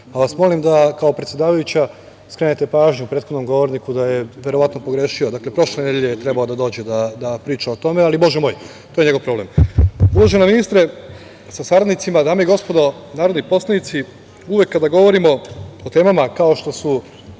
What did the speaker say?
pa vas molim da kao predsedavajuća skrenete pažnju prethodnom govorniku da je verovatno pogrešio. Dakle, prošle nedelje je trebao da dođe da priča o tome, ali, Bože moj, to je njegov problem. Uvažena ministre sa saradnicima, dame i gospodo narodni poslanici, uvek kada govorimo o temama kao što su